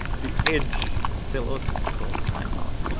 the edge they load to the call timeout